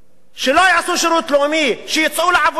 שלא יעשו שירות לאומי, שיצאו לעבודה.